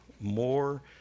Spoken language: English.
more